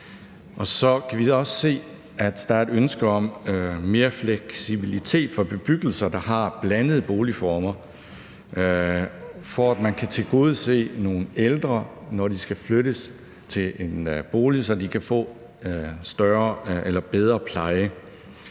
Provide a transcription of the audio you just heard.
Og så kan vi også se, at der er et ønske om mere fleksibilitet for bebyggelser, der har blandede boligformer, for at man kan tilgodese nogle ældre, når de skal flyttes til en bolig, så de kan få bedre pleje.